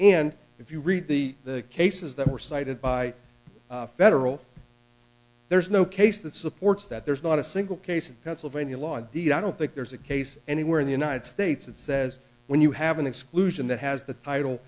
and if you read the the cases that were cited by federal there's no case that supports that there's not a single case in pennsylvania law indeed i don't think there's a case anywhere in the united states that says when you have an exclusion that has the title